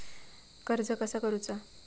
कर्ज कसा करूचा?